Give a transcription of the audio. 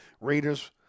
Raiders